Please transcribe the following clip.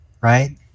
right